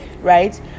right